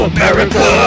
America